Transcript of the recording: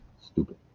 stupid